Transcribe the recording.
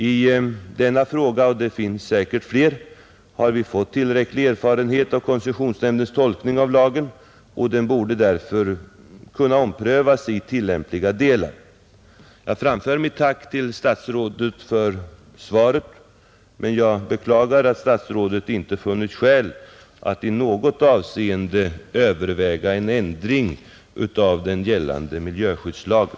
I denna fråga — och det finns säkert fler — har vi fått tillräcklig erfarenhet av koncessionsnämndens tolkning av lagen. Den borde därför kunna omprövas i tillämpliga delar, Jag framför mitt tack för att statsrådet svarat men beklagar att statsrådet inte har funnit skäl att i något avseende överväga en ändring av den gällande miljöskyddslagen.